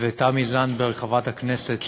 וחברת הכנסת תמי זנדברג,